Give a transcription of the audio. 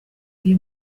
uyu